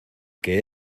que